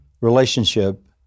relationship